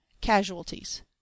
casualties